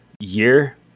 year